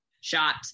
shot